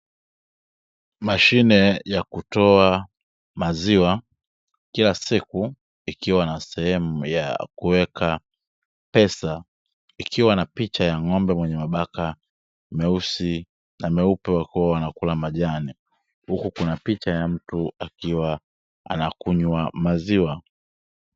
Mashine ya kutoa maziwa kila siku ikiwa na sehemu ya kuweka pesa, ikiwa na picha ya ng'ombe mwenye mabaka meusi na meupe wakiwa wanakula majani, huku kuna picha ya mtu akiwa anakunywa maziwa.